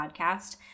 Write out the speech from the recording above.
podcast